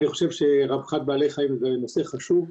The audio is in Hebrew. אני חושב שרווחת בעלי חיים זה נושא חשוב,